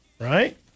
right